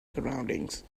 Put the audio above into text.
surroundings